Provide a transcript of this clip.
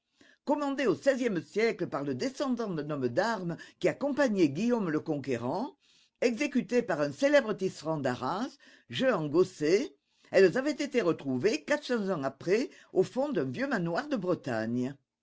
commandées au xvi e siècle par le descendant d'un homme d'armes qui accompagnait guillaume le conquérant exécutées par un célèbre tisserand d'arras jehan gosset elles avaient été retrouvées quatre cents ans après au fond d'un vieux manoir de bretagne